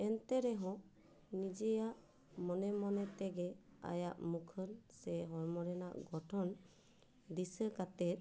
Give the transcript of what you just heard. ᱮᱱᱛᱮ ᱨᱮᱦᱚᱸ ᱱᱤᱡᱮᱭᱟᱜ ᱢᱚᱱᱮ ᱢᱚᱱᱮ ᱛᱮᱜᱮ ᱟᱭᱟᱜ ᱢᱩᱠᱷᱟᱹᱱ ᱥᱮ ᱦᱚᱲᱢᱚ ᱨᱮᱱᱟᱜ ᱜᱚᱴᱷᱚᱱ ᱫᱤᱥᱟᱹ ᱠᱟᱛᱮᱫ